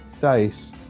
dice